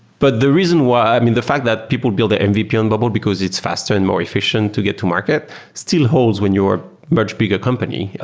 but the reason why i mean, the fact that people built an mvp on bubble because it's faster and more efficient to get to market still holds when you're a much bigger company.